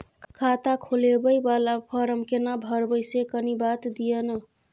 खाता खोलैबय वाला फारम केना भरबै से कनी बात दिय न?